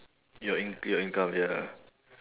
your in~ your income ya ah